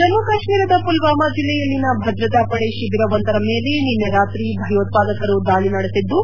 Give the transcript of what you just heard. ಜಮ್ಮ ಕಾಶ್ವೀರದ ಪುಲ್ವಾಮಾ ಜಿಲ್ಲೆಯಲ್ಲಿನ ಭದ್ರತಾ ಪಡೆ ಶಿಬಿರವೊಂದರ ಮೇಲೆ ನಿನ್ನೆ ರಾತ್ರಿ ಭಯೋತ್ಪಾದಕರು ದಾಳ ನಡೆಸಿದ್ದು